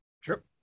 Sure